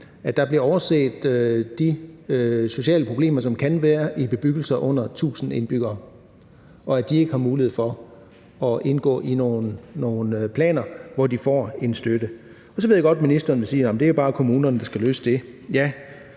at der bliver overset de sociale problemer, som kan være i bebyggelser med under 1.000 indbyggere, og at de ikke har mulighed for at indgå i nogle planer, hvor de får en støtte. Så ved jeg godt, at ministeren vil sige, at det bare er kommunerne, der skal løse det. Ja,